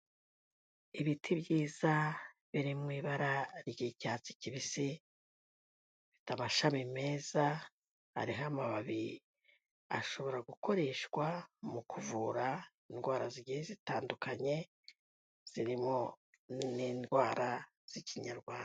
Ibiti byiza biri mu ibara ry'icyatsi kibisi, bifite amashami meza ariho amababi ashobora gukoreshwa mu kuvura indwara zigiye zitandukanye zirimo n'indwara z'ikinyarwanda.